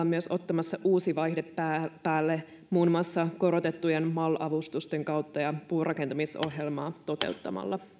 myös ottamassa uusi vaihde päälle päälle muun muassa korotettujen mal avustusten kautta ja puurakentamisohjelmaa toteuttamalla